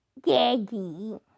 Daddy